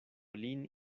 lin